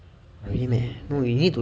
really meh no you need to